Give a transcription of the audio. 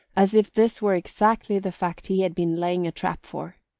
as if this were exactly the fact he had been laying a trap for.